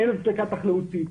אין הצדקה תחלואתית,